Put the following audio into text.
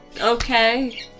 okay